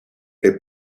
est